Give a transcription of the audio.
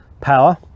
power